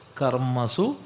Karmasu